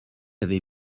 avait